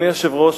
אדוני היושב-ראש,